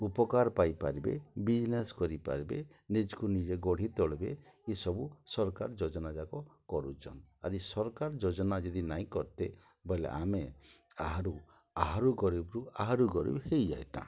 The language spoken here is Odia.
ଉପକାର୍ ପାଇପାର୍ବେ ବିଜ୍ନେସ୍ କରିପାର୍ବେ ନିଜ୍କୁ ନିଜେ ଗଢ଼ି ତୋଳିବେ ଇ ସବୁ ସର୍କାର୍ ଯୋଜନାଯାକ କରୁଚନ୍ ଆର ଇ ସର୍କାର୍ ଯୋଜନା ଯଦି ନାଇଁ କର୍ତେ ବଏଲେ ଆମେ ଆହାରୁ ଆହାରୁ ଗରିବ୍ରୁ ଆହାରୁ ଗରିବ୍ ହେଇଯାଏତା